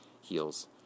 heals